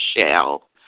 Shell